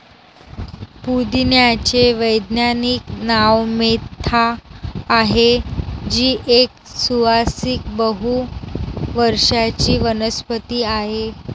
पुदिन्याचे वैज्ञानिक नाव मेंथा आहे, जी एक सुवासिक बहु वर्षाची वनस्पती आहे